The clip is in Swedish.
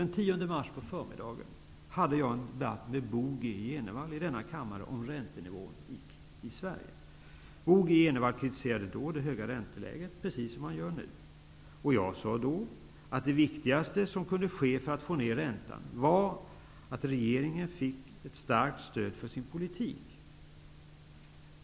Den 10 mars på förmiddagen hade jag en debatt med Bo G Jenevall i denna kammare om räntenivån i Sverige. Bo G Jenevall kritiserade då det höga ränteläget, precis som han gör nu. Jag sade då att det viktigaste som kunde ske för att få ner räntan var att regeringen fick ett starkt stöd för sin politik.